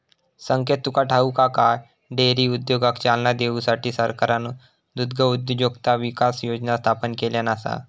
संकेत तुका ठाऊक हा काय, डेअरी उद्योगाक चालना देऊसाठी सरकारना दुग्धउद्योजकता विकास योजना स्थापन केल्यान आसा